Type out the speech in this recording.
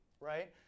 Right